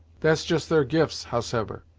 that's just their gifts, howsever,